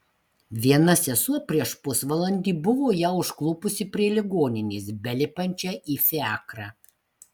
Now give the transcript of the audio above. viena sesuo prieš pusvalandį buvo ją užklupusi prie ligoninės belipančią į fiakrą